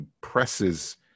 presses